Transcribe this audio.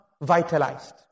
vitalized